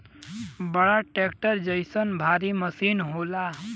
बड़ा ट्रक्टर क जइसन भारी मसीन होला